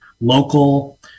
local